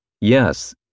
Yes